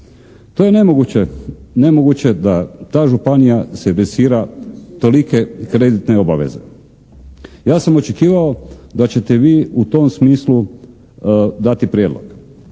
To je nemoguće da ta županija se … tolike kreditne obaveze. Ja sam očekivao da ćete vi u tom smislu dati prijedlog